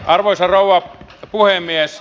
arvoisa rouva puhemies